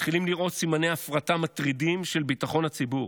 מתחילים לראות סימני הפרטה מטרידים של ביטחון הציבור,